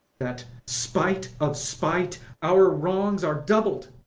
that, spite of spite, our wrongs are doubled?